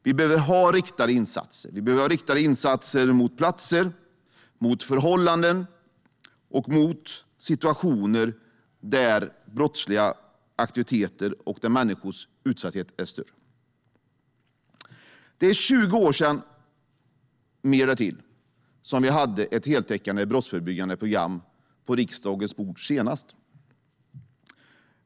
Vi behöver ha riktade insatser. Vi behöver ha riktade insatser mot platser, mot förhållanden och mot situationer där brottsliga aktiviteter sker och där människors utsatthet är stor. Det var för 20 år sedan och mer därtill som vi senast hade ett heltäckande brottsförebyggande program på riksdagens bord.